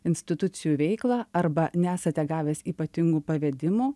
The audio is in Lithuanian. institucijų veiklą arba nesate gavęs ypatingų pavedimų